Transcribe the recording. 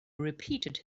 repeated